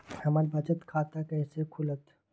हमर बचत खाता कैसे खुलत?